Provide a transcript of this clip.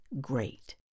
great